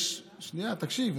שנייה, תקשיב.